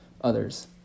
others